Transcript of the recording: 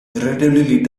relatively